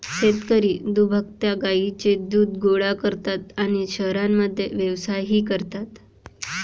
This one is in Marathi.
शेतकरी दुभत्या गायींचे दूध गोळा करतात आणि शहरांमध्ये व्यवसायही करतात